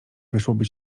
wyszłoby